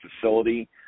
facility